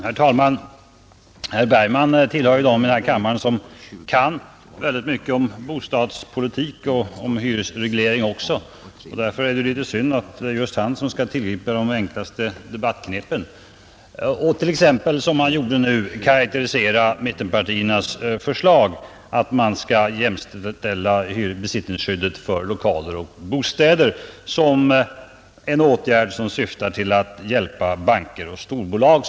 Herr talman! Herr Bergman tillhör ju dem i den här kammaren som kan en del om bostadspolitik och om hyresreglering också, och därför är det litet synd att just han skall tillgripa de enklaste debattknepen och t.ex., som han gjorde nu, karakterisera mittenpartiernas förslag att man skall jämställa besittningsskyddet för lokaler och bostäder som en åtgärd som syftar till att hjälpa banker och storbolag.